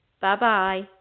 Bye-bye